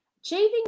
Achieving